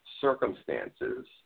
circumstances